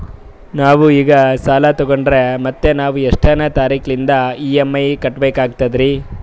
ನಾವು ಈಗ ಸಾಲ ತೊಗೊಂಡ್ರ ಮತ್ತ ನಾವು ಎಷ್ಟನೆ ತಾರೀಖಿಲಿಂದ ಇ.ಎಂ.ಐ ಕಟ್ಬಕಾಗ್ತದ್ರೀ?